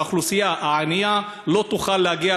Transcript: ואז האוכלוסייה הענייה לא תוכל להגיע